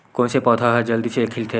कोन से पौधा ह जल्दी से खिलथे?